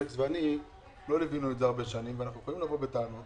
אלכס ואני לא ליווינו את זה הרבה שנים ואנחנו יכולים לבוא בטענות.